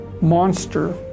monster